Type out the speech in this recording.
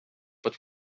but